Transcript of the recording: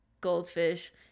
goldfish